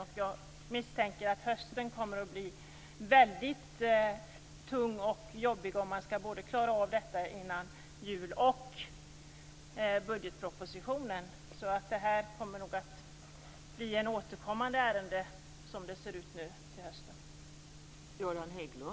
Jag misstänker att hösten kommer att bli väldigt tung och jobbig om man skall klara av både detta och budgetpropositionen innan jul. Det ser ut som om detta kommer att bli ett återkommande ärende till hösten.